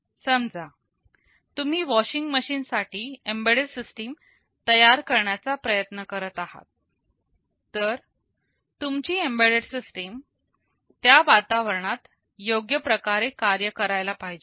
समजा तुम्ही washing machine साठी एम्बेडेड सिस्टीम तयार करण्याचा प्रयत्न करत आहात तर तुमची एम्बेडेड सिस्टीम त्या वातावरणात योग्य प्रकारे कार्य करायला पाहिजे